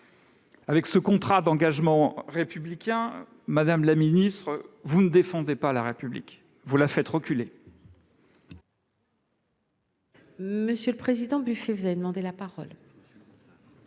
Avec ce contrat d'engagement républicain, madame la ministre, vous ne défendez pas la République : vous la faites reculer.